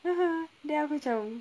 then aku macam